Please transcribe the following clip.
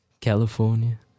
california